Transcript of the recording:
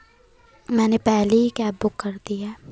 मैंने पहले ही कैब बुक कर दी है